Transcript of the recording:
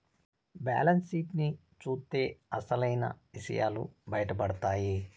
balance sheet ని చూత్తే అసలైన ఇసయాలు బయటపడతాయి